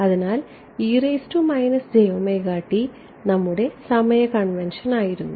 അതിനാൽ നമ്മുടെ സമയ കൺവെൻഷൻ ആയിരുന്നു